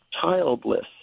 childless